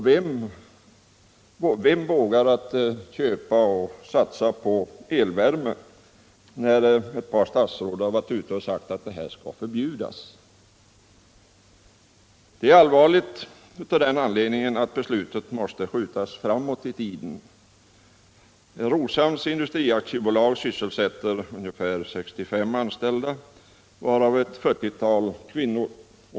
Vem vågar satsa på elvärme när ett par statsråd sagt att den skall förbjudas? Därför är det allvarligt att beslutet nu måste skjutas på framtiden. Roshamns Industri AB sysselsätter ungefär 65 anställda, varav ett 40-tal kvinnor.